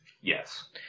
Yes